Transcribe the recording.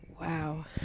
Wow